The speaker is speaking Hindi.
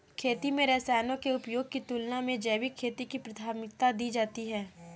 खेती में रसायनों के उपयोग की तुलना में जैविक खेती को प्राथमिकता दी जाती है